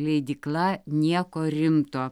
leidykla nieko rimto